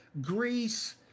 Greece